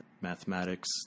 mathematics